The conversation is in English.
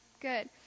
Good